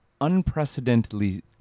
unprecedentedly